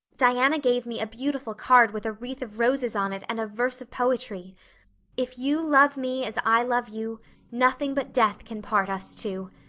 diana gave me a beautiful card with a wreath of roses on it and a verse of poetry if you love me as i love you nothing but death can part us two.